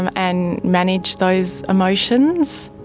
um and manage those emotions.